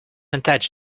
attach